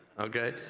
okay